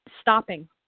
stopping